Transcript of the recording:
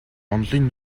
онолын